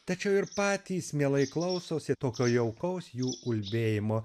tačiau ir patys mielai klausosi tokio jaukaus jų ulbėjimo